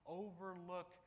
overlook